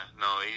no